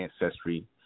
ancestry